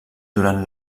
durant